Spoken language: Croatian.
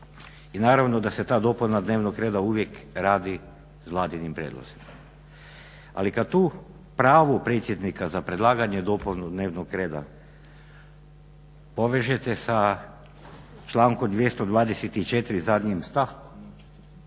i naravno da se ta dopuna dnevnog reda uvijek radi vladinim prijedlozima. Ali kad to pravo predsjednika za predlaganje dopune dnevnog reda povežete sa člankom 224. zadnjim stavkom